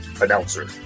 Announcer